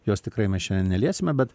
jos tikrai mes šiandien neliesime bet